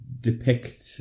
depict